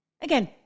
Again